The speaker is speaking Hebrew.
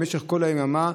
במשך כל היממה,